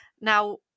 Now